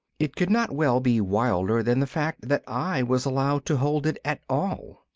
it could not well be wilder than the fact that i was allowed to hold it at all.